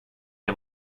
him